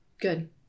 Good